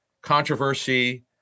controversy